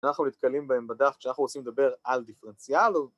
אנחנו נתקלים בהם בדף כשאנחנו רוצים לדבר על דיפרנציאל